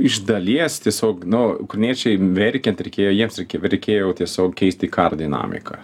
iš dalies tiesiog nu ukrainiečiai verkiant reikėjo jiems reikėjo tiesiog keisti karo dinamiką